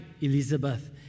Elizabeth